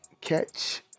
catch